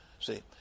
See